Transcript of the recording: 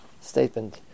statement